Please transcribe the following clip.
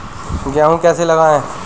गेहूँ कैसे लगाएँ?